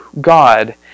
God